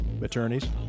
attorneys